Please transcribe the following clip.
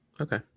Okay